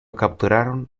capturaron